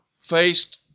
faced